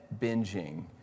binging